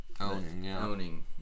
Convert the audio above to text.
owning